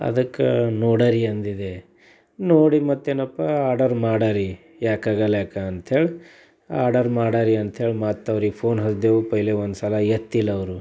ಅದಕ್ಕೆ ನೋಡರಿ ಅಂದಿದ್ದೆ ನೋಡಿ ಮತ್ತೇನಪ್ಪ ಆರ್ಡರ್ ಮಾಡಾರಿ ಯಾಕಗಲ್ಯಾಕ ಅಂಥೇಳಿ ಆರ್ಡರ್ ಮಾಡಾರಿ ಅಂಥೇಳಿ ಮತ್ತವರಿಗೆ ಫೋನ್ ಹಚ್ಚಿದೆವು ಪೆಹೆಲೆ ಒಂದುಸಲ ಎತ್ತಿಲ್ಲ ಅವರು